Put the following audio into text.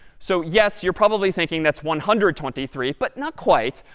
so yes, you're probably thinking that's one hundred twenty three, but not quite.